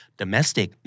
domestic